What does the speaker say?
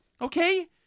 Okay